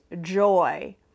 joy